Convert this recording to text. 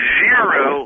zero